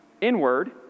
Inward